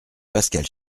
pascal